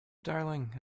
darling